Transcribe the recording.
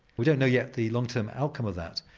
we don't know yet the long term outcome of that.